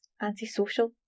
Antisocial